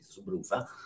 subrufa